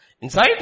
Inside